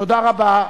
תודה רבה.